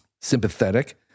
sympathetic